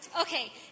Okay